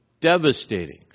Devastating